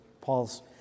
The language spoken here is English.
Paul's